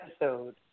episode